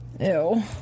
Ew